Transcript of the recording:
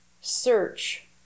search